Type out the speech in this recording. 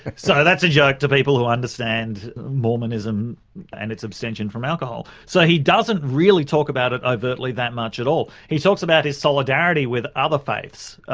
so that's a joke to people who understand mormonism and its abstention from alcohol. so he doesn't really talk about it overtly that much at all. he talks about his solidarity with other faiths.